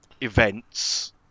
events